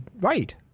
Right